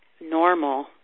normal